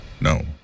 No